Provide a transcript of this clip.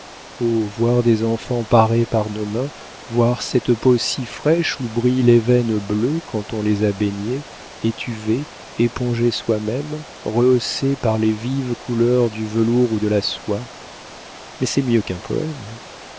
voir des enfants parés par nos mains voir cette peau si fraîche où brillent les veines bleues quand on les a baignés étuvés épongés soi-même rehaussée par les vives couleurs du velours ou de la soie mais c'est mieux qu'un poème